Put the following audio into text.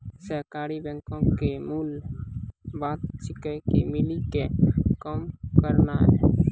सहकारी बैंको के मूल बात छिकै, मिली के काम करनाय